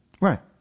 Right